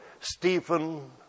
Stephen